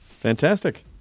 Fantastic